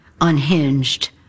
unhinged